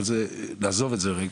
אבל נעזוב את זה רגע.